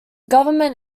government